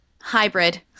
hybrid